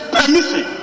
permission